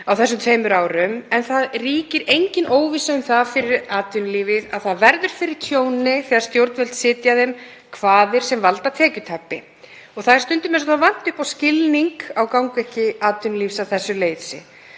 á þessum tveimur árum en það ríkir engin óvissa um það fyrir atvinnulífið að það verður fyrir tjóni þegar stjórnvöld setja því kvaðir sem valda tekjutapi. Og það er stundum eins og vanti upp á skilning á gangvirki atvinnulífs að þessu leyti,